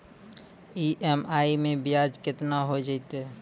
EMI मैं ब्याज केतना हो जयतै?